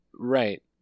Right